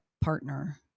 partner